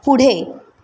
पुढे